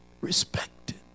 Respected